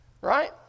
right